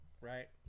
Right